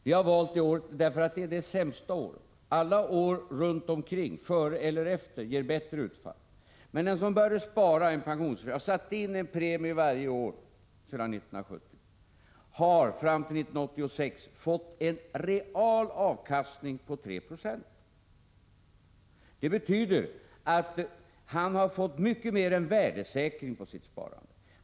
Vi har valt det året därför att det är det sämsta året. Alla år runt omkring -— före eller efter — ger bättre utfall. Men den som började spara i pensionsförsäkring och som har betalt en premie varje år sedan 1970 har fram till 1986 fått en real avkastning på 3 70. Det betyder att han har fått mycket mer än värdesäkring på sitt sparande.